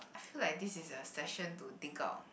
I feel like this is a session to dig out